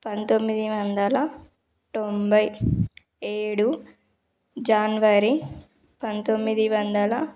పంతొమ్మిది వందల తొంభై ఏడు జనవరి పంతొమ్మిది వందల